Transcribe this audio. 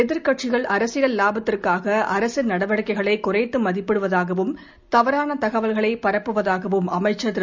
எதிர்க்கட்சிகள் அரசியல் லாபங்களுக்காக அரசின் நடவடிக்கைகளை குறைத்து மதிப்பிடுவதாகவும் தவறான தகவல்களை பரப்புவதாகவும் அமைச்சர் திரு